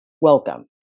Welcome